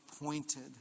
appointed